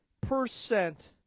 percent